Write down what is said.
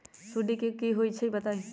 सुडी क होई छई बताई?